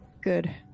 Good